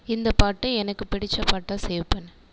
இந்த பாட்டை எனக்குப் பிடித்த பாட்டாக சேவ் பண்ணு